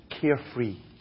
carefree